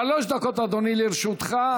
שלוש דקות, אדוני, לרשותך.